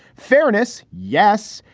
fairness. yes,